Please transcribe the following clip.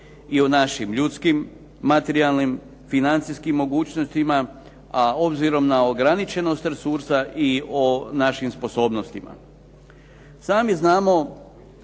i o našim ljudskim, materijalnim, financijskim mogućnostima a obzirom na ograničenost resursa i o našim sposobnostima. Sami znamo